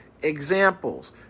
examples